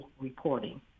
reporting